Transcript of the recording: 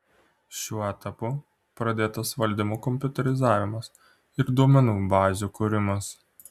šiuo etapu pradėtas valdymo kompiuterizavimas ir duomenų bazių kūrimas